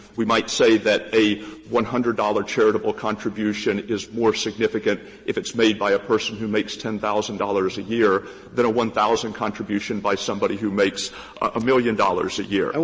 we might say that a one hundred dollars charitable contribution is more significant if it's made by a person who makes ten thousand dollars a year than a one thousand contribution by somebody who makes one million dollars a year. and